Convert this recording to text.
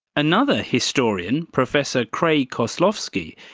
another historian, professor craig koslofsky,